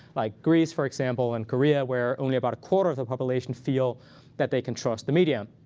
like greece, for example, and korea, where only about a quarter of the population feel that they can trust the media.